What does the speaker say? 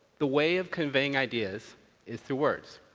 the way of conveying ideas is through words.